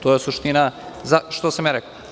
To je suština onoga što sam ja rekao.